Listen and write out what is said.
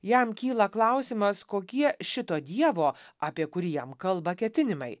jam kyla klausimas kokie šito dievo apie kurį jam kalba ketinimai